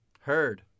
Heard